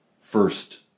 first